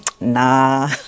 nah